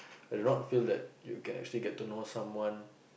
I do not feel that you can actually get to know someone